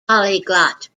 polyglot